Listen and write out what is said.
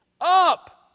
Up